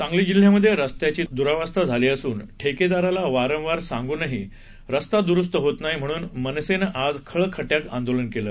सांगली जिल्ह्यामध्ये रस्त्याची दुरवस्था झाली असून ठेकेदाराला वारंवार सांगूनही रस्ता दुरुस्त होत नाही म्हणून मनसेनं आज खळखट्याक आंदोलन केलं